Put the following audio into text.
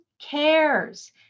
cares